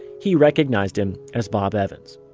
he recognized him as bob evans